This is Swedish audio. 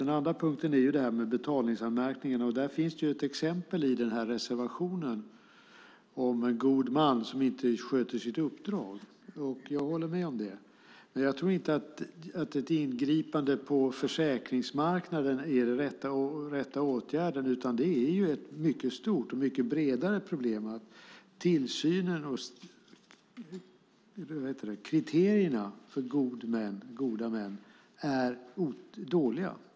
Det andra är betalningsanmärkningar. Där finns ett exempel i reservationen om en god man som inte sköter sitt uppdrag. Jag håller med om det, men jag tror inte att ett ingripande på försäkringsmarknaden är den rätta åtgärden, utan det är ett mycket större och bredare problem att tillsynen och kriterierna för gode män är dåliga.